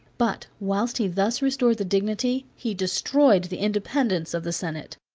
but whilst he thus restored the dignity, he destroyed the independence, of the senate.